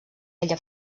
ella